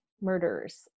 murders